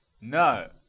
No